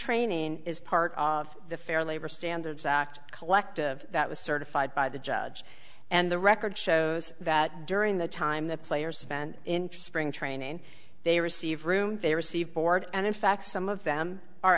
training is part of the fair labor standards act collective that was certified by the judge and the record shows that during the time the players spent in spring training they receive room very seaboard and in fact some of them are